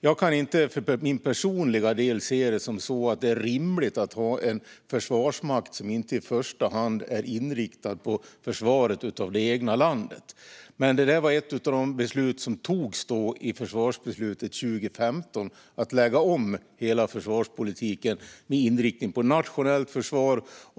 Jag kan inte för min personliga del se det som rimligt att ha en försvarsmakt som inte i första hand är inriktad på försvaret av det egna landet. Det var ett av de beslut som fattades i försvarsbeslutet 2015 - att lägga om hela försvarspolitiken med inriktning på nationellt försvar.